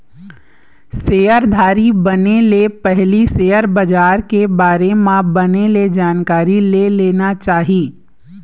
सेयरधारी बने ले पहिली सेयर बजार के बारे म बने ले जानकारी ले लेना चाही